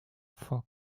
fog